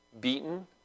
beaten